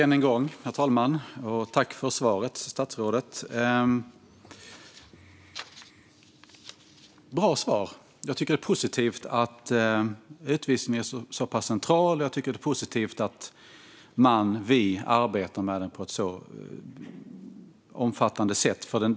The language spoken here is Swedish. Herr talman! Tack för svaret, statsrådet! Det var ett bra svar. Jag tycker att det är positivt att frågan om utvisning är så central och att man - vi - arbetar med den på ett så omfattande sätt.